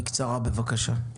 בקצרה בבקשה.